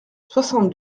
soixante